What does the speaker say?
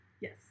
yes